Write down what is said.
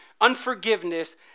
unforgiveness